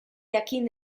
jakin